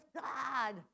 God